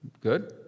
Good